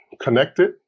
connected